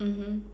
mmhmm